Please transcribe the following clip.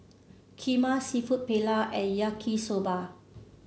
kheema seafood Paella and Yaki Soba